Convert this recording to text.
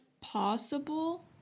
possible